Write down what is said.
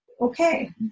okay